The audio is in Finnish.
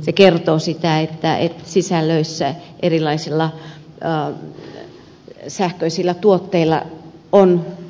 se kertoo sitä että sisällöissä erilaisilla sähköisillä tuotteilla